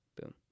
boom